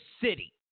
city